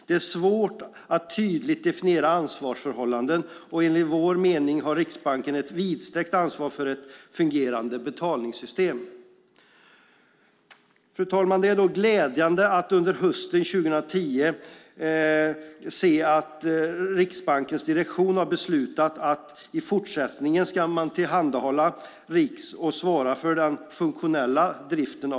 Det är svårt att tydligt definiera ansvarsförhållanden, och enligt vår mening har Riksbanken ett vidsträckt ansvar för ett fungerande betalningssystem. Fru talman! Det är då glädjande att under hösten 2010 beslutade Riksbankens direktionen att i fortsättningen tillhandahålla RIX och svara för den funktionella driften.